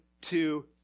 two